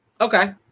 Okay